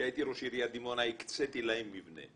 כשהייתי ראש עיריית דימונה הקצאתי להם מבנה.